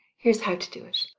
here's how to do it.